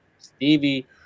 Stevie